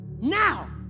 now